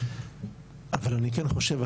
אבל אני כן חושב,